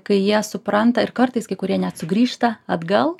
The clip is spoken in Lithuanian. kai jie supranta ir kartais kai kurie net sugrįžta atgal